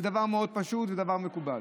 זה דבר מאוד פשוט, זה דבר מקובל.